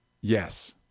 Yes